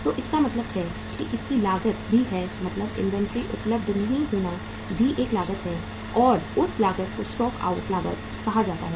तो इसका मतलब है कि इसकी लागत भी है मतलब इन्वेंट्री उपलब्ध नहीं होना भी एक लागत है और उस लागत को स्टॉक आउट लागत कहा जाता है